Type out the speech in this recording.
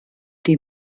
die